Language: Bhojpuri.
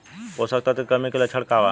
पोषक तत्व के कमी के लक्षण का वा?